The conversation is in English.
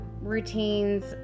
routines